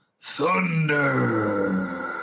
Thunder